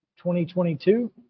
2022